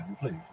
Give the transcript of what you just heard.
please